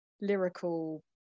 lyrical